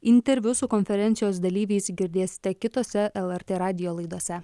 interviu su konferencijos dalyviais girdėsite kitose lrt radijo laidose